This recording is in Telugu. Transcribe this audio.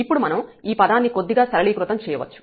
ఇప్పుడు మనం ఈ పదాన్ని కొద్దిగా సరళీకృతం చేయవచ్చు